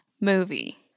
movie